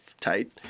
Tight